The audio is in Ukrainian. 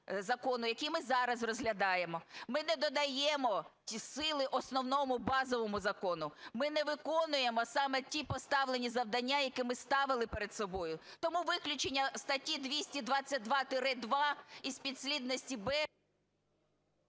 закону, який ми зараз розглядаємо, ми не додаємо ті сили основному базовому закону, ми не виконуємо саме ті поставлені завдання, які ми ставили перед собою. Тому виключення статті 222-2 із підслідності…